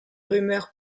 rumeurs